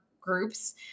groups